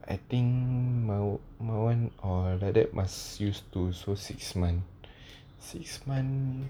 I think my one or like that must use to six months six months